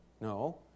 No